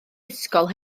ysgol